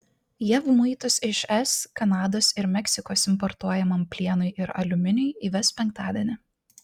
jav muitus iš es kanados ir meksikos importuojamam plienui ir aliuminiui įves penktadienį